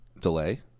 delay